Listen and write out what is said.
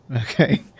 Okay